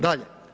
Dalje.